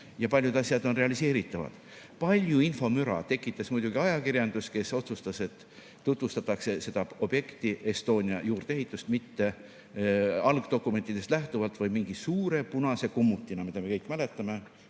ja paljud asjad on realiseeritavad. Palju infomüra tekitas muidugi ajakirjandus, kes otsustas, et tutvustatakse seda objekti, Estonia juurdeehitust mitte algdokumentidest lähtuvalt, vaid mingi suure punase kummutina, mida me kõik mäletame.